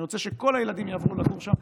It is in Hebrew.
אני רוצה שכל הילדים יעברו לגור שם.